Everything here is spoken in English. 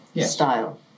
style